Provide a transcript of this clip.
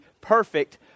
perfect